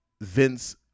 Vince